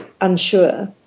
unsure